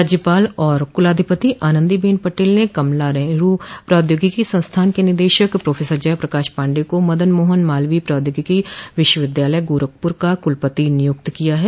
राज्यपाल और कुलाधिपति आनन्दीबेन पटेल ने कमला नेहरू प्रौद्योगिकी संस्थान के निदेशक प्रोफेसर जय प्रकाश पाण्डेय को मदन मोहन मालवीय प्रौद्योगिकी विश्वविद्यालय गोरखपुर का कुलपति नियुक्त किया है